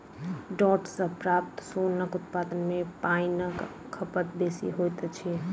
डांट सॅ प्राप्त सोनक उत्पादन मे पाइनक खपत बेसी होइत अछि